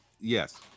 yes